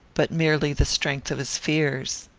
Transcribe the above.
but merely the strength of his fears.